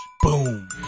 Boom